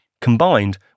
combined